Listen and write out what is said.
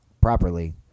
properly